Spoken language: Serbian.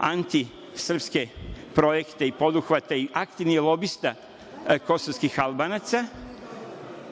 antisrpske projekte i poduhvate i aktivni je lobista kosovskih Albanaca.